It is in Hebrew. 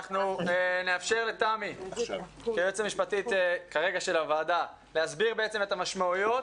אנחנו נאפשר לתמי היועצת המשפטית של הוועדה כרגע להסביר את המשמעויות,